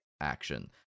action